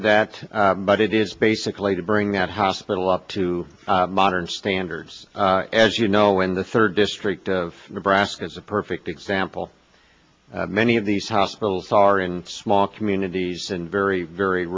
of that but it is basically to bring that hospital up to modern standards as you know in the third district of nebraska is a perfect example many of these hospitals are in small communities and very very